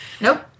Nope